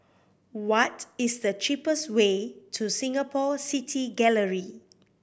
what is the cheapest way to Singapore City Gallery